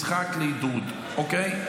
משחק לעידוד, אוקיי?